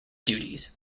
duties